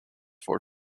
for